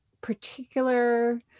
particular